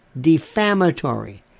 defamatory